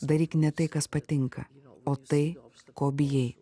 daryk ne tai kas patinka o tai ko bijai